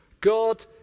God